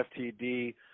FTD